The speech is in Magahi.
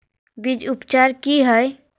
बीज उपचार कि हैय?